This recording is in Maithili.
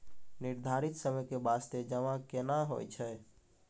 निर्धारित समय के बास्ते जमा केना होय छै?